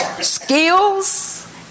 skills